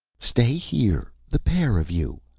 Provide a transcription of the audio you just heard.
stay here, the pair of you!